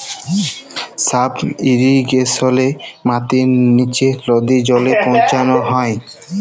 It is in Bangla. সাব ইরিগেশলে মাটির লিচে লদী জলে পৌঁছাল হ্যয়